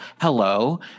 hello